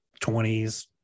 20s